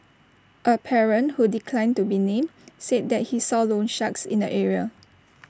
A parent who declined to be named said that he saw loansharks in the area